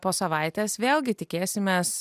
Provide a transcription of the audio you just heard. po savaitės vėlgi tikėsimės